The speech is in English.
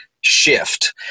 shift